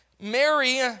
Mary